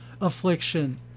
affliction